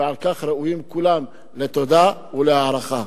ועל כך ראויים כולם לתודה ולהערכה.